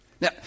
Now